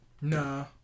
Nah